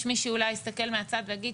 יש מי שאולי יסתכל מהצד ויגיד,